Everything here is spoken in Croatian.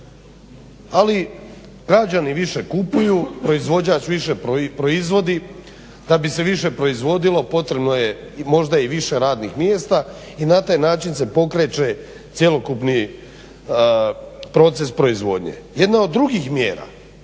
ali građani više kupuju, proizvođač više proizvodi. Da bi se više proizvodilo potrebno je možda i više radnih mjesta i na taj način se pokreće cjelokupni proces proizvodnje. Jedna od drugih mjera,